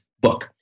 book